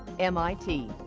mit,